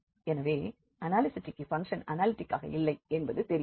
எனவே அனாலிசிட்டிற்க்கு function analytic ஆக இல்லை என்பது தெரிகிறது